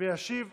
כתוצאה